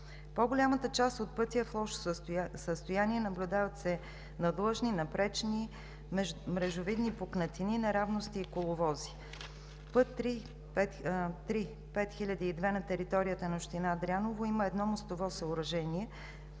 По-голямата част от пътя е в лошо състояние – наблюдават се надлъжни, напречни, мрежовидни пукнатини, неравности и коловози. Път III-5002 на територията на община Дряново има едно мостово съоръжение